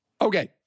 Okay